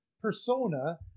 persona